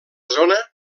zona